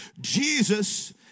Jesus